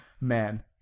Man